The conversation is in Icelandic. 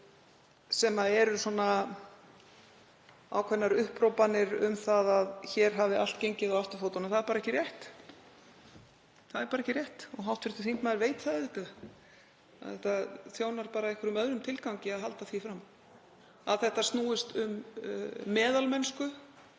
sem eru svona ákveðnar upphrópanir um að hér hafi allt gengið á afturfótunum. Það er bara ekki rétt. Það er ekki rétt og hv. þingmaður veit það auðvitað. Það þjónar einhverjum öðrum tilgangi að halda því fram. Að þetta snúist um meðalmennsku,